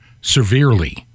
severely